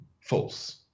false